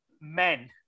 men